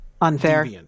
unfair